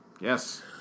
Yes